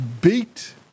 beat